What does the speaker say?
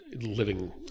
Living